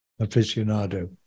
aficionado